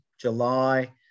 July